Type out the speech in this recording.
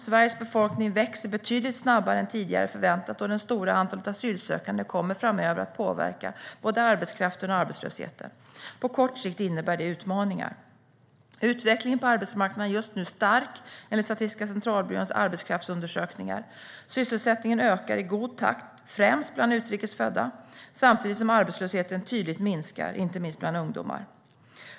Sveriges befolkning växer betydligt snabbare än tidigare förväntat, och det stora antalet asylsökande kommer framöver att påverka både arbetskraften och arbetslösheten. På kort sikt innebär det utmaningar. Utvecklingen på arbetsmarknaden är just nu stark enligt Statistiska centralbyråns arbetskraftsundersökningar. Sysselsättningen ökar i god takt, främst bland utrikes födda, samtidigt som arbetslösheten tydligt minskar, inte minst bland ungdomar.